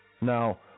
Now